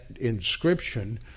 inscription